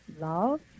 love